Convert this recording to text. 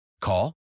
Call